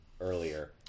earlier